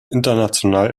international